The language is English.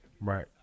Right